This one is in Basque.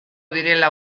direla